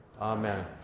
Amen